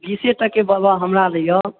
बीसे टके बाबा हमरा दैए